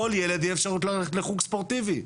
כל ילד יהיה אפשרות ללכת לחוג ספורטיבי.